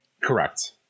Correct